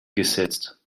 gesetzt